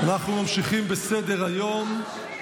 ממשיכים בסדר-היום,